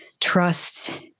trust